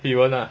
he won't lah